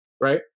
right